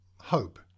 hope